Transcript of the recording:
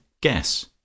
Guess